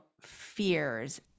fears